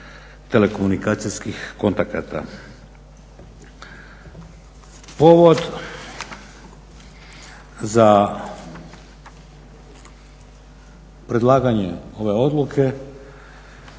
telekomunikacijskih kontakata. Povod za predlaganje ove odluke